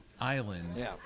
island